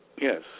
Yes